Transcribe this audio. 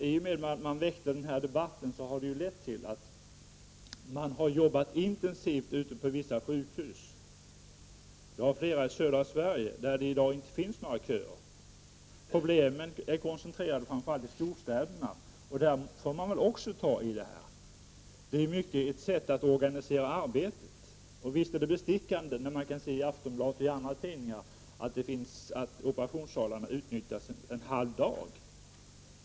I och med att denna debatt väcktes började man arbeta intensivt på vissa sjukhus, bl.a. i södra Sverige där det i dag inte finns några köer. Problemen är koncentrerade till framför allt storstäderna, där man väl också får lov att ta tag i problemen. Det handlar mycket om att organisera arbetet. Visst är det bestickande när man i Aftonbladet och i andra tidningar kan läsa att operationssalarna utnyttjas en halv dag.